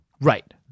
Right